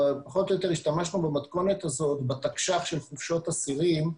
פחות או יותר השתמשנו במתכונת הזאת בתקש"ח של חופשות אסירים,